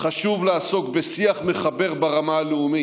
חשוב לעסוק בשיח מחבר ברמה הלאומית.